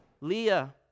Leah